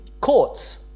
courts